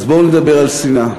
אז בואו נדבר על שנאה.